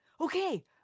okay